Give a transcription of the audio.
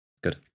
Good